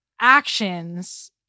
actions